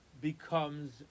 becomes